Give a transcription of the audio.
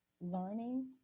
learning